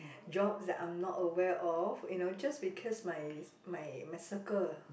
jobs that I'm not aware of you know just because my my my circle